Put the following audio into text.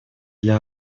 для